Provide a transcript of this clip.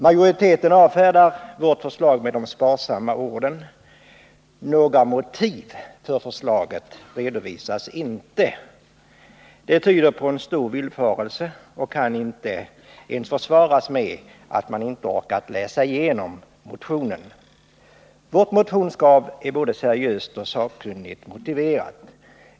Majoriteten avfärdar vårt förslag med de sparsamma orden: ”Några motiv för förslaget redovisas inte.” Det tyder på en stor villfarelse och kan inte ens försvaras med att man inte orkat läsa igenom motionen. Vårt motionskrav är både seriöst och sakkunnigt motiverat.